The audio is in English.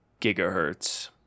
gigahertz